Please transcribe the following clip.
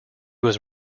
was